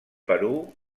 perú